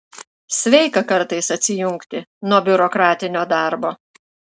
sveika kartais atsijungti nuo biurokratinio darbo